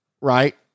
right